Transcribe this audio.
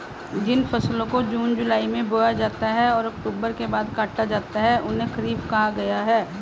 जिन फसलों को जून जुलाई में बोया जाता है और अक्टूबर के बाद काटा जाता है उन्हें खरीफ कहा गया है